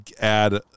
add